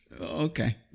Okay